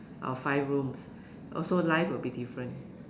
our five rooms also life will be different